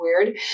weird